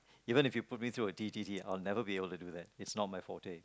even if you put me through a T_T_T I would never be able to do that it's not my forte